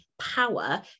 power